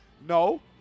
No